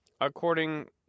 according